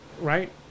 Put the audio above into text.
right